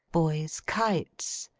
boys' kites,